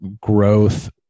growth